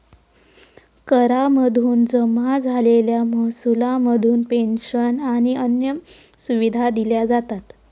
करा मधून जमा झालेल्या महसुला मधून पेंशन आणि अन्य सुविधा दिल्या जातात